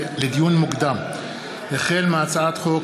לדיון מוקדם: החל בהצעת חוק